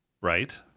Right